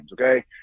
okay